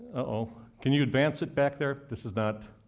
go. can you advance it back there? this is not